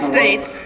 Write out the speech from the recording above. States